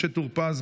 משה טור פז,